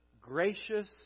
gracious